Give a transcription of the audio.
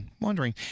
wondering